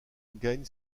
gagne